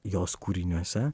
jos kūriniuose